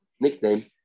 nickname